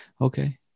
Okay